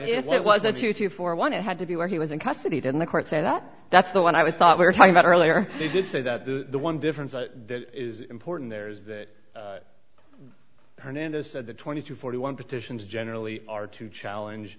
it was a two to four one it had to be where he was in custody then the court said that that's the one i thought we were talking about earlier they did say that the one difference that is important there is that hernandez said the twenty two forty one petitions generally are to challenge